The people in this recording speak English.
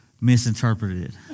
misinterpreted